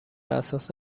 اساس